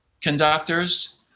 conductors